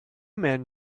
men